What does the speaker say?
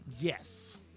yes